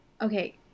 Okay